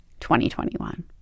2021